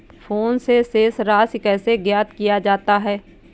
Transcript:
Phone से शेष राशि कैसे ज्ञात किया जाता है?